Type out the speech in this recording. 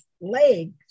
legs